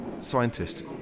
scientist